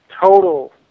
total